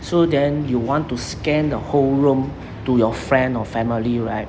so then you want to scan the whole room to your friend or family right